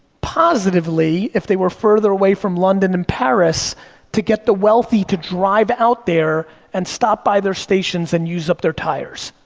positively if they were further away from london and paris to get the wealthy to drive out there and stop by their stations and use up their tires,